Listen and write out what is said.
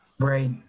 right